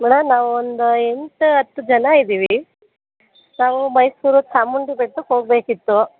madam ನಾವು ಒಂದು ಎಂಟು ಹತ್ತು ಜನ ಇದ್ದೀವಿ ನಾವು ಮೈಸೂರು ಚಾಮುಂಡಿ ಬೆಟ್ಟಕ್ಕೆ ಹೋಗಬೇಕಿತ್ತು